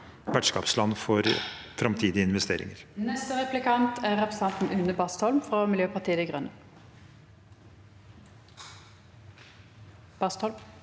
vertskapsland for framtidig investering.